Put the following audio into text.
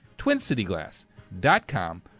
TwinCityGlass.com